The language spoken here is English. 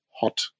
hot